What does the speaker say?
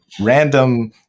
random